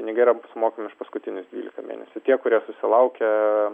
pinigai yra sumokami už paskutinius dvylika mėnesių tie kurie susilaukė